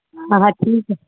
हा हा ठीकु आहे